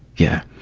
yeah.